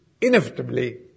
inevitably